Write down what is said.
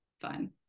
fun